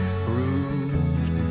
bruised